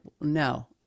no